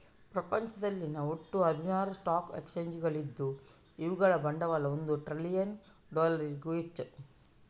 ಪ್ರಪಂಚದಲ್ಲಿ ಒಟ್ಟು ಹದಿನಾರು ಸ್ಟಾಕ್ ಎಕ್ಸ್ಚೇಂಜುಗಳಿದ್ದು ಇವುಗಳ ಬಂಡವಾಳ ಒಂದು ಟ್ರಿಲಿಯನ್ ಡಾಲರಿಗೂ ಹೆಚ್ಚು